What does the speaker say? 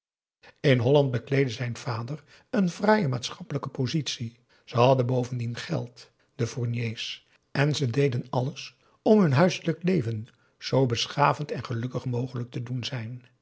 in holland bekleedde zijn vader een fraaie maatschappelijke positie ze hadden bovendien geld de fourniers en deden alles om hun huiselijk leven zoo beschavend en gelukkig mogelijk te doen zijn